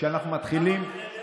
כמה בחדר?